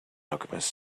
alchemist